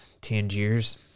Tangiers